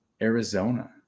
arizona